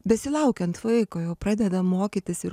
besilaukiant vaiko jau pradeda mokytis ir